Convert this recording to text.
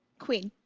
queen.